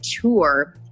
tour